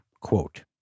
quote